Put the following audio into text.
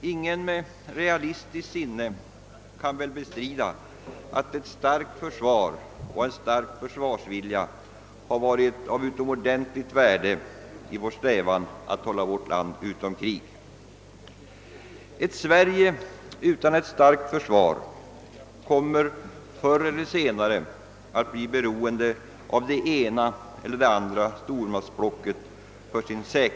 Ingen med realistiskt sinne kan väl bestrida att ett starkt försvar och en stark försvarsvilja har varit av utomordentligt stort värde i vår strävan att hålla vårt land utanför krig. Ett Sverige utan ett starkt försvar kommer förr eller senare att för sin säkerhet bli beroende av det ena eller det andra stormaktsblocket.